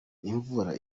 imvura